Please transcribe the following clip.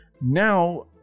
Now